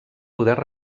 poder